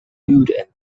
include